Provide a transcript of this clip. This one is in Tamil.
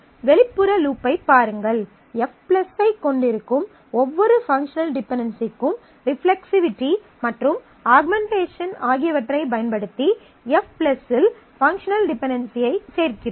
வெளிப்புற லூப் ஐப் பாருங்கள் F ஐக் கொண்டிருக்கும் ஒவ்வொரு பங்க்ஷனல் டிபென்டென்சிக்கும் ரிஃப்ளெக்ஸிவிட்டி மற்றும் ஆகுமெண்டஷன் ஆகியவற்றைப் பயன்படுத்தி F இல் பங்க்ஷனல் டிபென்டென்சியைச் சேர்க்கிறோம்